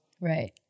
Right